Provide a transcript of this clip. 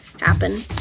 happen